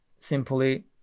simply